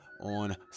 on